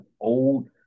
old